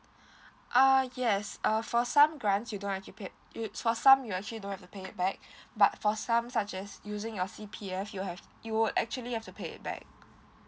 uh yes uh for some grants you don't have to pay you for some you actually don't have to pay back but for some suggest using your C_P_F you have you would actually have to pay it back